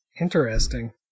Interesting